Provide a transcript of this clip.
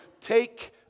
take